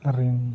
ᱨᱤᱧ